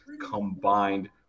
combined